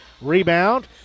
Rebound